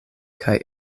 kaj